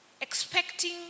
expecting